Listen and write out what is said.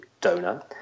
donor